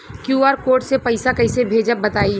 QR code से पईसा कईसे भेजब बताई?